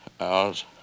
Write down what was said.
Hours